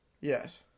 Yes